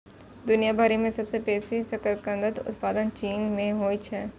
दुनिया भरि मे सबसं बेसी शकरकंदक उत्पादन चीन मे होइ छै